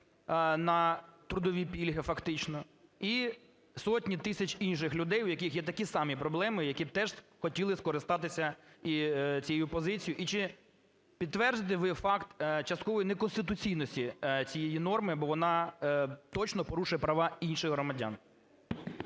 на трудові пільги фактично, і сотні тисяч інших людей, у яких є такі самі проблеми, які б теж хотіли скористатися цією позицією. І чи підтверджуєте ви факт часткової неконституційності цієї норми, бо вона точно порушує права інших громадян?